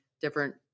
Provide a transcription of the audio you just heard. different